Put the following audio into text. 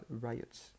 riots